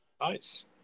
Nice